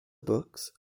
books